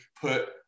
put